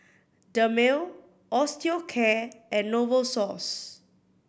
Dermale Osteocare and Novosource